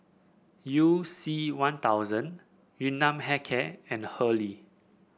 You C One Thousand Yun Nam Hair Care and Hurley